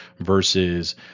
versus